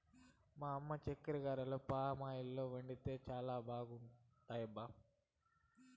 మా అమ్మ చెక్కిగారెలు పామాయిల్ వండితే చానా బాగున్నాయబ్బా